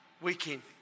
weekend